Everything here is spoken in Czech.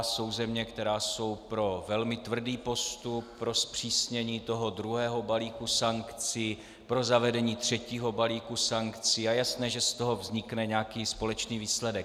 Jsou země, které jsou pro velmi tvrdý postup, pro zpřísnění toho druhého balíku sankcí, pro zavedení třetího balíku sankcí, a je jasné, že z toho vznikne nějaký společný výsledek.